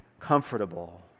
comfortable